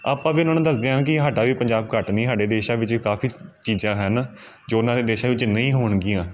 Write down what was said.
ਆਪਾਂ ਤਾਂ ਉਹਨਾਂ ਨੂੰ ਦੱਸਦੇ ਆ ਕਿ ਸਾਡਾ ਵੀ ਪੰਜਾਬ ਘੱਟ ਨਹੀਂ ਸਾਡੇ ਦੇਸ਼ਾਂ ਵਿੱਚ ਕਾਫ਼ੀ ਚੀਜ਼ਾਂ ਹਨ ਜੋ ਉਹਨਾਂ ਦੇ ਦੇਸ਼ਾਂ ਵਿੱਚ ਨਹੀਂ ਹੋਣਗੀਆਂ